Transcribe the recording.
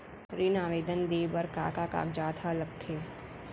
ऋण आवेदन दे बर का का कागजात ह लगथे?